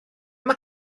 mae